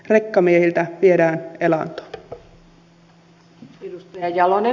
rekkamiehiltä viedään elanto